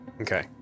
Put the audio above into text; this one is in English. Okay